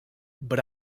but